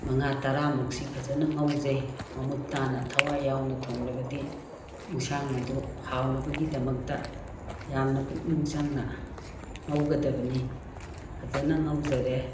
ꯃꯉꯥ ꯇꯔꯥꯃꯨꯛꯁꯤ ꯐꯖꯅ ꯉꯧꯖꯩ ꯃꯃꯨꯠ ꯇꯥꯅ ꯊꯋꯥꯏ ꯌꯥꯎꯅ ꯊꯣꯡꯂꯕꯗꯤ ꯑꯦꯟꯁꯥꯡ ꯑꯗꯨ ꯍꯥꯎꯅꯕꯒꯤꯗꯃꯛꯇ ꯌꯥꯝꯅ ꯄꯨꯛꯅꯤꯡ ꯆꯪꯅ ꯉꯧꯒꯗꯕꯅꯤ ꯐꯖꯅ ꯉꯧꯖꯔꯦ